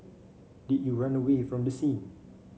did you run away from the scene